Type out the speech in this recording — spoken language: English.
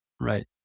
Right